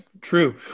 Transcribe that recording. true